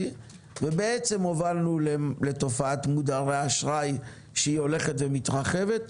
ובעצם הובלנו לתופעת מודרי אשראי שהיא הולכת ומתרחבת.